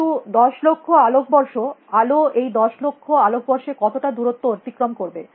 কিন্তু দশ লক্ষ আলোকবর্ষ আলো এই দশ লক্ষ আলোকবর্ষে কতটা দূরত্ব অতিক্রম করবে